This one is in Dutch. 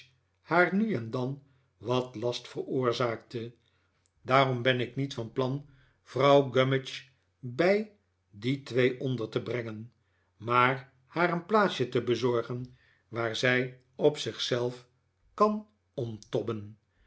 haar nu en dan wat last veroorzaakte daarom ben ik niet van plan vrouw gummidge bij die twee onder te brengen maar haar een plaatsje te bezorgen waar zij op zich zelf kan